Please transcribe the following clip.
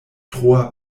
troa